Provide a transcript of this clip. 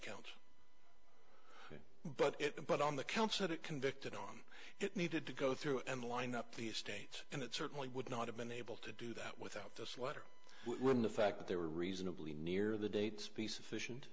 counts but it but on the counsel that convicted on it needed to go through and line up the states and it certainly would not have been able to do that without this letter when the fact that they were reasonably near the dates be